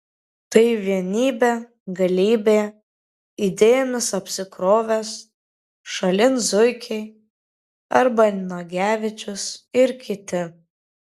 tai vienybė galybė idėjomis apsikrovęs šalin zuikiai arba nagevičius ir kiti